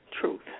truth